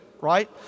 right